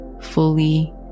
fully